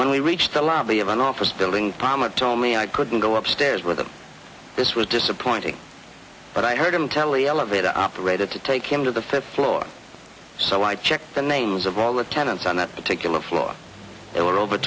when we reached the lobby of an office building ahmed told me i couldn't go upstairs with this was disappointing but i heard him tell a elevator operator to take him to the fifth floor so i checked the names of all the tenants on that particular floor there were over